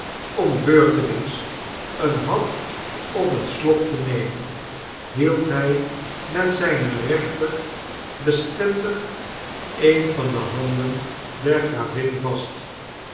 om beurtelings een hap of een slok te nemen hield hij met zijne rechter bestendig een van de handen der gravin vast